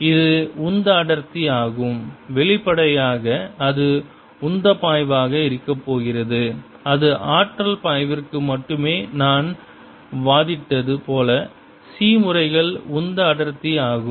இது உந்த அடர்த்தி ஆகும் வெளிப்படையாக அது உந்த பாய்வாக இருக்கப்போகிறது அது ஆற்றல் பாய்விற்கு மட்டுமே நான் வாதிட்டது போல c முறைகள் உந்த அடர்த்தி ஆகும்